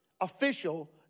official